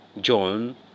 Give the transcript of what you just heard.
john